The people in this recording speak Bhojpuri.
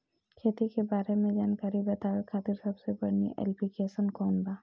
खेती के बारे में जानकारी बतावे खातिर सबसे बढ़िया ऐप्लिकेशन कौन बा?